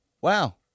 Wow